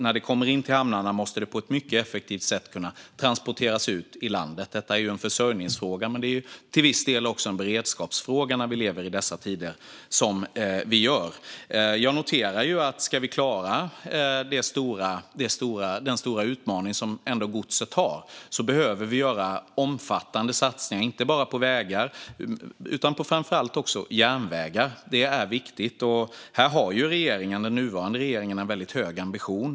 När det kommer in till hamnarna måste det självfallet på ett effektivt sätt transporteras ut i landet. Det är en försörjningsfråga men till viss del också en beredskapsfråga med tanke på de tider vi lever i. Om vi ska klara den stora utmaning som godset har behöver vi göra omfattande satsningar, inte bara på vägar utan framför allt också på järnvägar. Det är viktigt. Den nuvarande regeringen har här en väldigt hög ambition.